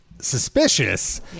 suspicious